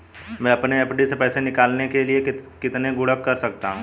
मैं अपनी एफ.डी से पैसे निकालने के लिए कितने गुणक कर सकता हूँ?